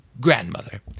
grandmother